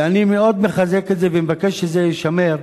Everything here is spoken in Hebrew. ואני מאוד מחזק את זה ומבקש שזה יישמר.